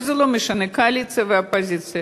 וזה לא משנה קואליציה או אופוזיציה,